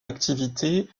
activité